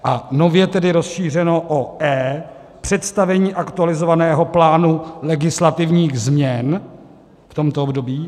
a nově tedy rozšířeno o e) představení aktualizovaného plánu legislativních změn v tomto období;